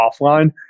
offline